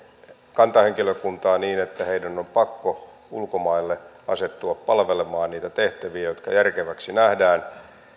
kantahenkilökuntaa niin että heidän on pakko ulkomaille asettua palvelemaan niitä tehtäviä jotka järkeväksi nähdään